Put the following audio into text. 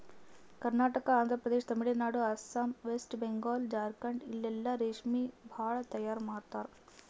Karnataka, Andhra Pradesh, Tamil Nadu, Assam, West Bengal, Jharkhand ಇಲ್ಲೆಲ್ಲಾ ರೇಶ್ಮಿ ಭಾಳ್ ತೈಯಾರ್ ಮಾಡ್ತರ್